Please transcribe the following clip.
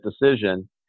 decision